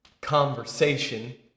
conversation